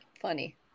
Funny